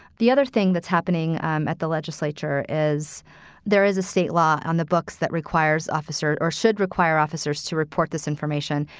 the other thing that's happening um at the legislature is there is a state law on the books that requires officers or should require officers to report this information,